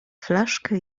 flaszkę